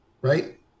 right